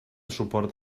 suport